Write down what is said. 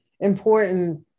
important